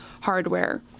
hardware